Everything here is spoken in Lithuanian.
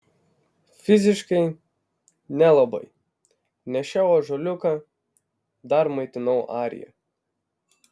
fiziškai nelabai nešiojau ąžuoliuką dar maitinau ariją